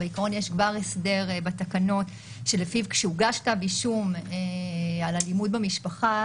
בעיקרון יש כבר הסדר בתקנות שלפיו כשהוגש כתב אישום על אלימות במשפחה,